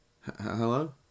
hello